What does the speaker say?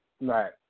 Right